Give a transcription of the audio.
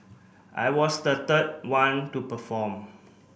I was the third one to perform